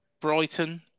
Brighton